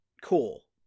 Cool